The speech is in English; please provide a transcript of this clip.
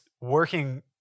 working